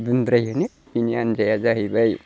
दुन्द्राय होनो बिनि आनजाइआ जाहैबाय